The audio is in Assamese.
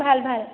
ভাল ভাল